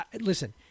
Listen